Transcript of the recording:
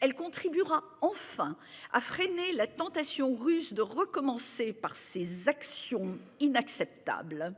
Elle contribuera enfin à freiner la tentation russe de recommencer par ses actions inacceptables.